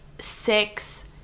six